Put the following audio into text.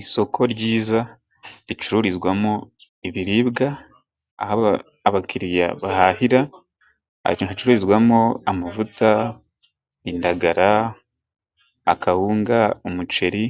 Isoko ryiza ricururizwamo ibiribwa, aho abakiriya bahahira hacururizwamo amavuta, indagara, akawunga, umuceri,